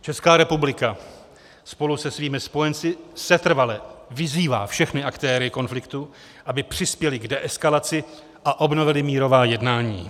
Česká republika spolu se svými spojenci setrvale vyzývá všechny aktéry konfliktu, aby přispěli k deeskalaci a obnovili mírová jednání.